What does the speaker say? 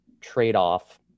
trade-off